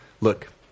look